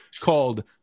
called